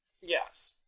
Yes